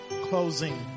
closing